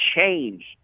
changed